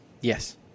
Yes